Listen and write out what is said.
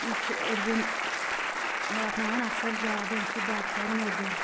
یہ چھُ أڈۍ جیٚن واتناوان اثر زیادٕ امہِ سۭتۍ چھِ دگ کران أڈۍ جیٚن